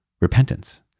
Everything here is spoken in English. repentance